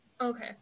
Okay